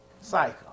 cycle